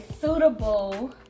suitable